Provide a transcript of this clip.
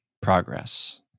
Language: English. progress